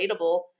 relatable